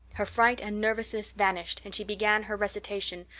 her fright and nervousness vanished and she began her recitation,